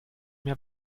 mehr